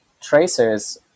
tracers